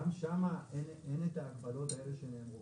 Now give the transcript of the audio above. גם שם אין את ההגבלות האלה שנאמרו.